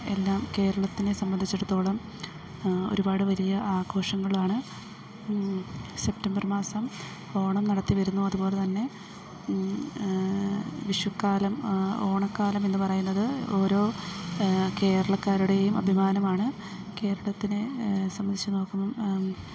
എല്ലാം കേരളത്തിനെ സംബന്ധിച്ചിടത്തോളം ഒരുപാട് വലിയ ആഘോഷങ്ങളാണ് സെപ്റ്റംബർ മാസം ഓണം നടത്തിവരുന്നു അതുപോലെതന്നെ വിഷുക്കാലം ഓണക്കാലമെന്ന് പറയുന്നത് ഓരോ കേരളക്കാരുടെയും അഭിമാനമാണ് കേരളത്തിനെ സംബന്ധിച്ച് നോക്കുമ്പം